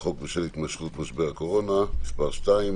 החוק בשל התמשכות משבר הקורונה )(מס' 2),